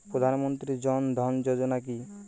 প্রধান মন্ত্রী জন ধন যোজনা কি?